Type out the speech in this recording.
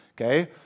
okay